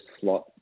slot